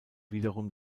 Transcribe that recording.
wiederum